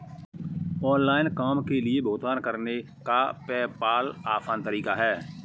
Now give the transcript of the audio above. online काम के लिए भुगतान करने का पेपॉल आसान तरीका है